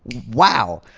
wow,